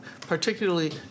particularly